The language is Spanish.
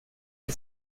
que